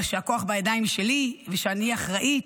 ושהכוח בידיים שלי ושאני אחראית.